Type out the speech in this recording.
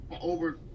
over